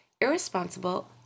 irresponsible